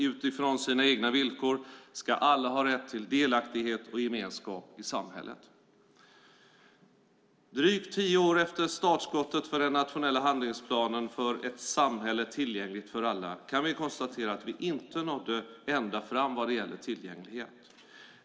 Utifrån sina egna villkor ska alla ha rätt till delaktighet och gemenskap i samhället. Drygt tio år efter startskottet för den nationella handlingsplanen Ett samhälle för alla kan vi konstatera att vi inte nådde ända fram vad det gäller tillgänglighet.